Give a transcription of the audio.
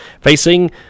Facing